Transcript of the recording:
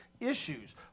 issues